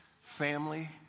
family